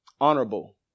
honorable